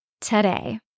today